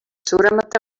suuremate